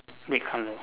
red colour